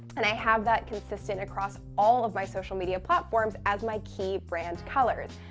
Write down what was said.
and i have that consistent across all of my social media platforms as my key brand color.